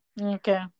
Okay